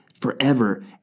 forever